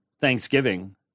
Thanksgiving